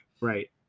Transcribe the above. Right